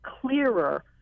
clearer